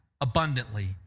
abundantly